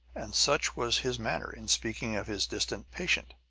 and such was his manner, in speaking of his distant patient,